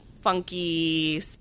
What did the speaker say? funky